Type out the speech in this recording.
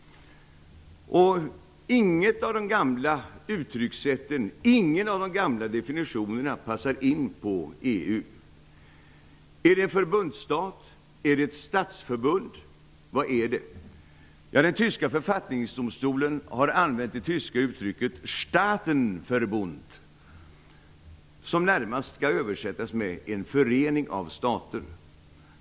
Inget av de gamla uttryckssätten eller definitionerna passar in på EU. Är det en förbundsstat? Är det ett statsförbund, eller vad är det? Den tyska författningsdomstolen har använt det tyska uttrycket ''Staatenverbund'', som närmast skall översättas med ''en förening av stater''.